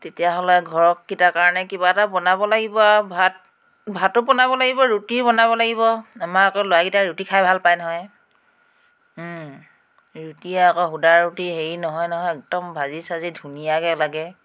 তেতিয়াহ'লে ঘৰৰকেইটাৰ কাৰণে কিবা এটা বনাব লাগিব আৰু ভাত ভাতো বনাব লাগিব ৰুটিও বনাব লাগিব আমাৰ আকৌ ল'ৰাকেইটাই ৰুটি খাই ভাল পায় নহয় ৰুটি আকৌ সুদা ৰুটি হেৰি নহয় একদম ভাজি চাজি ধুনীয়াকৈ লাগে